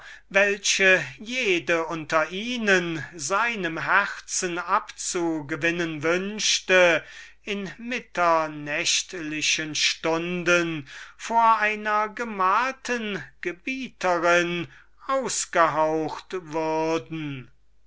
welche jede unter ihnen seinem herzen abzugewinnen wünschte in mitternächtlichen stunden vor einer gemalten gebieterin ausgehaucht wurden